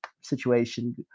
situation